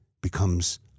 becomes